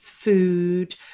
food